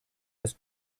als